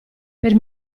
per